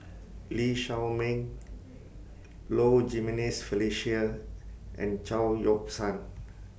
Lee Shao Meng Low Jimenez Felicia and Chao Yoke San